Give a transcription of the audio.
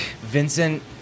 Vincent